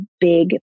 big